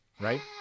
Right